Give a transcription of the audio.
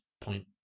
point